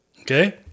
Okay